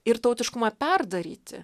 ir tautiškumą perdaryti